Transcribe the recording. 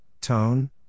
Tone